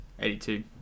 82